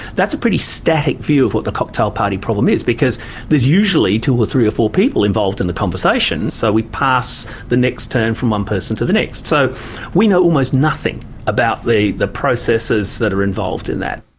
that is a pretty static view of what the cocktail party problem is, because there are usually two or three or four people involved in the conversation. so we pass the next turn from one person to the next. so we know almost nothing about the the processes that are involved in that.